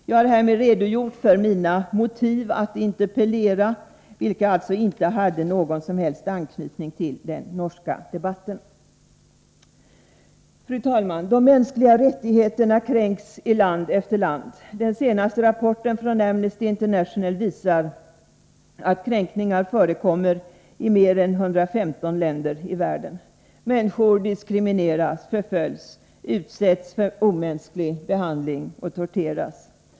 Jag har härmed redogjort för mina motiv för att interpellera, vilka alltså inte hade någon som helst anknytning till den norska debatten. Fru talman! De mänskliga rättigheterna kränks i land efter land. Den senaste rapporten från Amnesty International visar att kränkningar förekommer i mera än 115 länder i världen. Människor diskrimineras, förföljs, utsätts för omänsklig behandling, torteras.